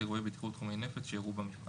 אירועי בטיחות חומרי נפץ שאירעו במפעל.